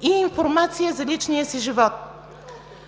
информация за личния си живот“,